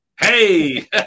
Hey